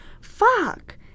fuck